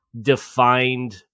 defined